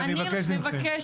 אני מבקשת לקבל תשובות